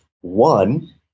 One